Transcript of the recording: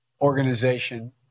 organization